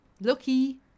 Lucky